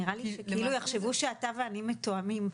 נראה לי שכאילו יחשבו שאתה ואני מתואמים,